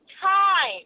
Time